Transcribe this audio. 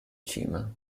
cima